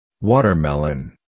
Watermelon